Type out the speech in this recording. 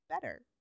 better